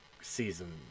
season